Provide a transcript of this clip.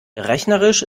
rechnerisch